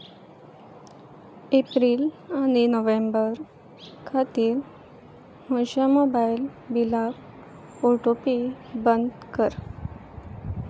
एप्रिल आनी नोव्हेंबर खातीर म्हज्या मोबायल बिलाक ऑटोपे बंद कर